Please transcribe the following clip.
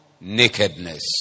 nakedness